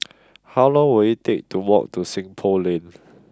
how long will it take to walk to Seng Poh Lane